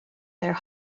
their